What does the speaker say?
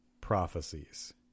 prophecies